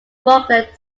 falkland